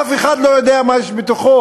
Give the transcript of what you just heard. אף אחד לא יודע מה יש בתוכו.